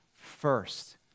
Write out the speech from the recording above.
first